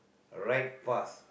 right path